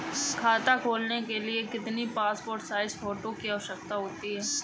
खाता खोलना के लिए कितनी पासपोर्ट साइज फोटो की आवश्यकता होती है?